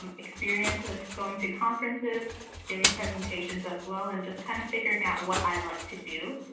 um experience with going to conferences, giving presentations as well, and just kind of figuring out what i like to do.